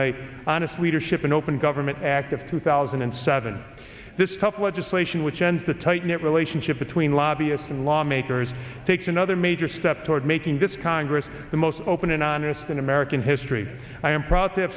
the honest leadership and open government act of two thousand and seven this tough legislation which ends the tight knit relationship between lobbyists and lawmakers takes another major step toward making this congress the most open and honest in american history i am pro